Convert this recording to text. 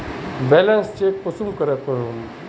Balance check कुंसम करे करूम?